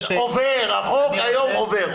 החוק היום עובר.